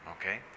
okay